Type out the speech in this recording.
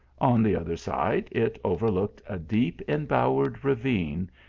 on the other side it overlooked a deep embowered ravine,